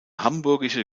hamburgische